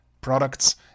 products